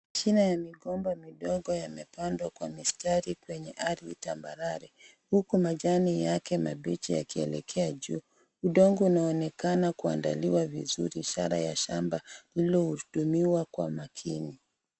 Kina ya migomba midogo imepandwa kwa mistari kwenye ardhi tambarare huku majani yake mabichi yakielekea juu, udongo unaonekana kuandaliwa vizuri ishara ya shamba iliyohudumiwa kwa makini.